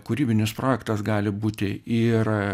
kūrybinis projektas gali būti ir